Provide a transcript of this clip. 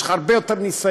יש לך הרבה יותר ניסיון,